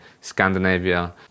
Scandinavia